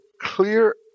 clear